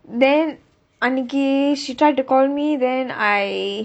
then அன்றைக்கு:andraikku she tried to call me then I